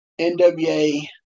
NWA